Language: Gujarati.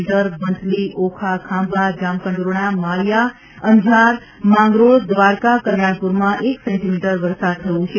મી વંથલી ઓખા ખાંભા જામકંડોરણા માળીયા અંજાર ભેંસાગ઼ માંગરોળ દ્વારકા કલ્યાણપુરમાં એક સેન્ટીમીટર વરસાદ થયો છે